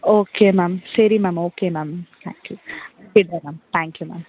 okay ma'am சரி ma'am okay ma'am thank you போய்ட்டு வர்றேன் மேம் தேங்க்யூ மேம்